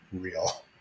real